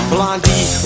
Blondie